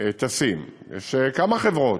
יש כמה חברות,